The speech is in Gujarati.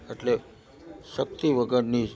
અટલે શક્તિ વગરની